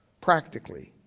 Practically